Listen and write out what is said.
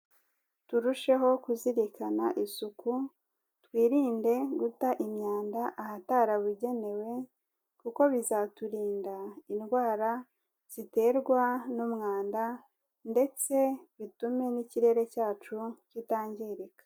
Turusheho kuzirikana isuku twirinde guta imyanda ahatarabugenewe, kuko bizaturinda indwara ziterwa n'umwanda, ndetse bitume n'ikirere cyacu kitangirika.